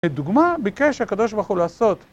דוגמה ביקש הקדוש ברוך הוא לעשות